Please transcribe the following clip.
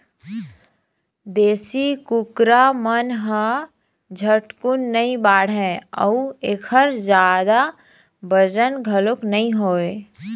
देशी कुकरा मन ह झटकुन नइ बाढ़य अउ एखर जादा बजन घलोक नइ रहय